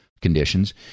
conditions